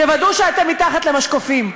תוודאו שאתם מתחת למשקופים.